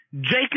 Jacob